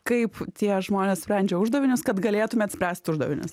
kaip tie žmonės sprendžia uždavinius kad galėtumėt spręst uždavinius